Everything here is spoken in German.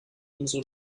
umso